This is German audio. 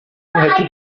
hätte